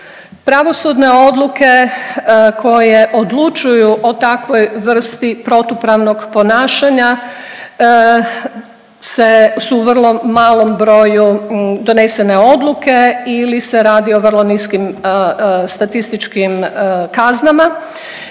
Pravosudne odluke koje odlučuju o takvoj vrsti protupravnog ponašanja se, su u vrlo malom broju donesene odluke ili se radi o vrlo niskim statističkim kaznama